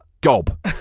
Gob